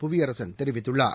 புவியரசன் தெரிவித்துள்ளார்